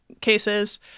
cases